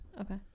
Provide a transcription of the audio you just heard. Okay